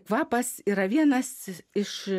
kvapas yra vienas iš